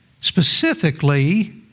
Specifically